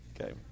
Okay